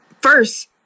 first